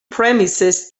premises